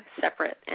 separate